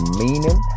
meaning